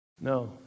No